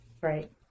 right